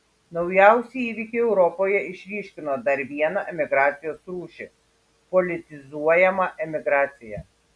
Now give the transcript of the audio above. naujausi įvykiai europoje išryškino dar vieną emigracijos rūšį politizuojamą emigraciją